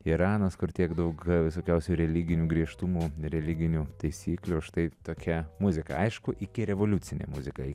iranas kur tiek daug visokiausių religinių griežtumų religinių taisyklių štai tokia muzika aišku ikirevoliucinė muzika